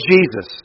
Jesus